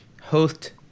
host